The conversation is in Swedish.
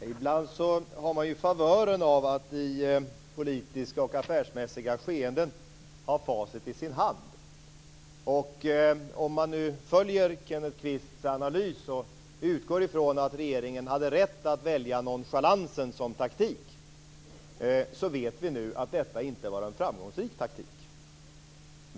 Fru talman! Ibland har man favören av att i politiska och affärsmässiga skeenden ha facit i sin hand. Om man följer Kenneth Kvists analys och utgår från att regeringen hade rätt att välja nonchalansen som taktik så vet vi nu att det inte var någon framgångsrik taktik.